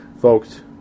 folks